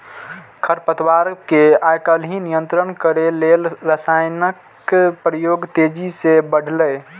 खरपतवार कें आइकाल्हि नियंत्रित करै लेल रसायनक प्रयोग तेजी सं बढ़लैए